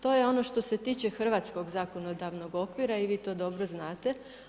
To je ono što se tiče hrvatskog zakonodavnog okvira i vi to dobro znate.